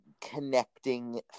connecting